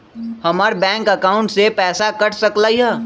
हमर bank account से पैसा कट सकलइ ह?